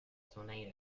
tornado